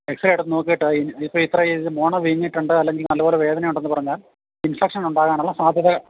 x-ray എടുത്തു നോക്കിയിട്ട് ഇപ്പോൾ ഇത്ര മോണ വീങ്ങിയിട്ടുണ്ട് അല്ലെങ്കിൽ നല്ലപോലെ വേദന ഉണ്ടെന്ന് പറഞ്ഞാൽ ഇൻഫെക്ഷൻ ഉണ്ടാകാനുള്ള സാധ്യത